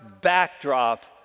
backdrop